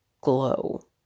glow